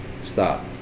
stop